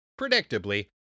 Predictably